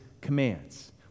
commands